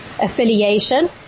affiliation